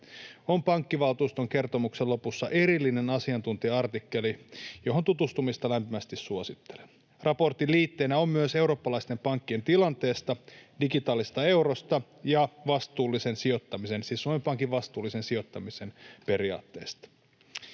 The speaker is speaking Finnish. on pankkivaltuuston kertomuksen lopussa erillinen asiantuntija-artikkeli, johon tutustumista lämpimästi suosittelen. Raportissa on liitteet myös eurooppalaisten pankkien tilanteesta, digitaalisesta eurosta ja Suomen Pankin vastuullisen sijoittamisen periaatteesta.